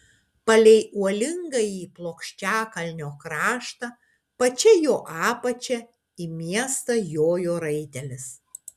palei uolingąjį plokščiakalnio kraštą pačia jo apačia į miestą jojo raitelis